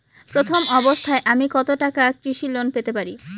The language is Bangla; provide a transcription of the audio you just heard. প্রথম অবস্থায় আমি কত টাকা কৃষি লোন পেতে পারি?